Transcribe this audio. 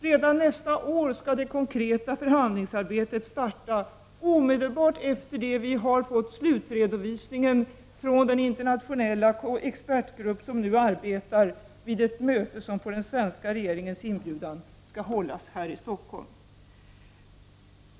Redan nästa år skall det konkreta förhandlingsarbetet starta, omedelbart efter det att vi har fått slutredovisningen från den internationella expertgrupp som nu arbetar, vid ett möte som på den svenska regeringens inbjudan skall hållas här i Stockholm.